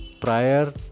Prior